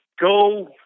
go